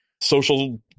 social